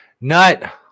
nut